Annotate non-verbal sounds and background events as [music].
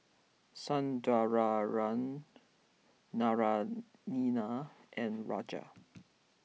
[unintelligible] Naraina and Raja